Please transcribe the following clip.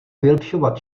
vylepšovat